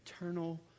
eternal